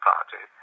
party